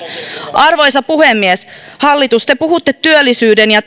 arvoisa puhemies hallitus te puhutte työllisyyden ja